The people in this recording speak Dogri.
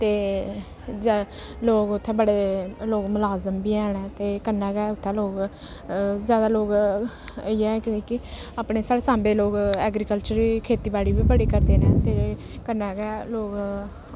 ते ज लोक उत्थै बड़े लोग मलाजम बी हैन ते कन्नै गै उत्थै लोक जैदा लोक इ'यै कि अपने साढ़े सांबे दे लोक ऐग्रीकल्चर गी साढ़े खेती बाड़ी बी बड़ी करदे न कन्नै गै लोक